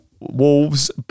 Wolves